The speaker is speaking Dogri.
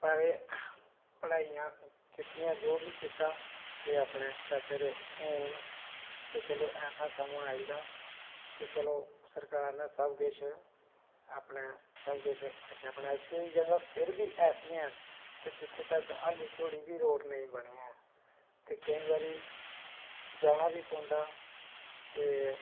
मराज पढ़ाइयां कीतियां जो बी कीता ते अपने चादर हून ते चलो ऐसा समां आई गेदा ते चलो सरकार नै सबकिश अपना सबकिश अच्छा केईं जगह् फिर बी ऐसियां न ते जित्थै अज्जतक हल्ली बी रोड़ नेईं बने दे हैन ते केईं बारी जाना बी पौंदा ते